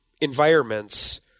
environments